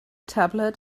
tablet